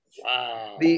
wow